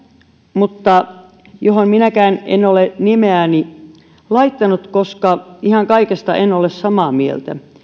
mutta johon minäkään en ole nimeäni laittanut koska ihan kaikesta en ole samaa mieltä